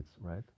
right